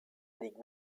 ligue